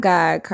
God